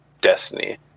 Destiny